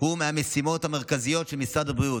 הוא מהמשימות המרכזיות של משרד הבריאות.